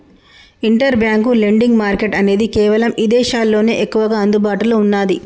inter bank lending market అనేది కేవలం ఇదేశాల్లోనే ఎక్కువగా అందుబాటులో ఉన్నాది